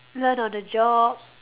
learn on the job